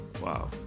wow